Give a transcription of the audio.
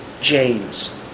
James